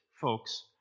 folks